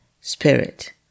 spirit